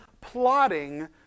plotting